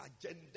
agenda